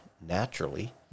naturally